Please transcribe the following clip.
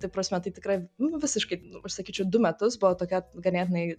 ta prasme tai tikrai nu visiškai aš sakyčiau du metus buvo tokia ganėtinai